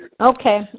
Okay